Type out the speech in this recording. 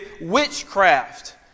witchcraft